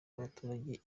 abaturage